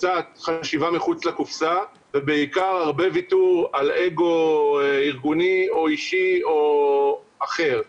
קצת חשיבה מחוץ לקופסה ובעיקר הרבה ויתור על אגו ארגוני או אישי או אחר.